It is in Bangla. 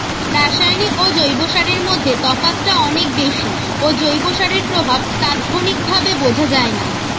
রাসায়নিক ও জৈব সারের মধ্যে তফাৎটা অনেক বেশি ও জৈব সারের প্রভাব তাৎক্ষণিকভাবে বোঝা যায়না